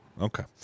Okay